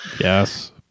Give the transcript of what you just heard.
yes